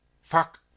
fuck